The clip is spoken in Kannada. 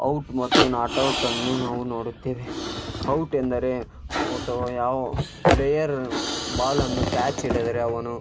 ಔಟ್ ಮತ್ತು ನಾಟ್ ಔಟನ್ನು ನಾವು ನೋಡುತ್ತೇವೆ ಔಟ್ ಎಂದರೆ ಅಥವಾ ಯಾವ ಪ್ಲೇಯರ್ ಬಾಲನ್ನು ಕ್ಯಾಚ್ ಹಿಡಿದರೆ ಅವನು